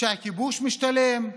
הכיבוש משתלם,